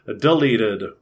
deleted